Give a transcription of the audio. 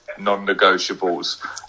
non-negotiables